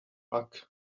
bug